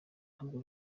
ntabwo